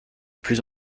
plus